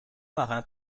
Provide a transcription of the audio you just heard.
marins